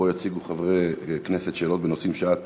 שבו יציגו חברי כנסת שאלות בנושאים שאת